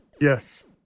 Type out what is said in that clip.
Yes